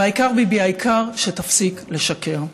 והעיקר, ביבי, העיקר שתפסיק לשקר.